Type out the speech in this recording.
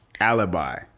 alibi